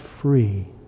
free